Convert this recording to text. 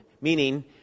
Meaning